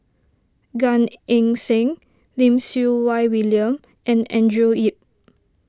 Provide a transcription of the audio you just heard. Gan Eng Seng Lim Siew Wai William and Andrew Yip